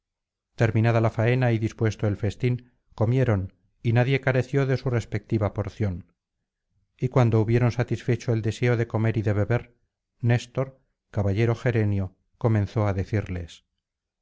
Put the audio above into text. terminada la faena y dispuesto el festín comieron y nadie careció de su respectiva porcipn y cuando hubieron satisfecho el deseo de comer y de beber néstor caballero gerenio comenzó á decirles